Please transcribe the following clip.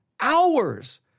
hours